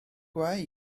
gwaith